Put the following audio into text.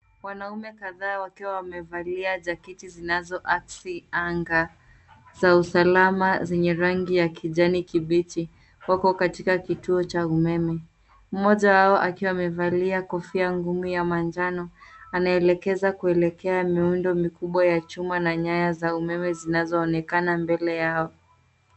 Wanaume kadhaa wakiwa wamevalia jaketi zinazoaksi anga za usalama zenye rangi ya kijani kibichi. Wako katika kituo cha umeme, mmoja wao akiwa amevalia kofia ngumu ya manjano anaelekeza kuelekea miundo mikubwa ya chuma na nyaya za umeme zinazoonekana mbele yao.